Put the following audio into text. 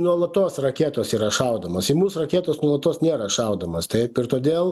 nuolatos raketos yra šaudamos į mus raketos nuolatos nėra šaudomos taip ir todėl